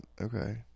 Okay